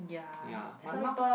ya but now